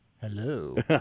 Hello